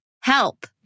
Help